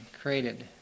created